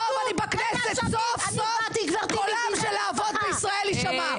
עכשיו אני בכנסת סוף סוף קולם של האבות בישראל יישמע.